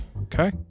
Okay